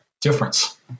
difference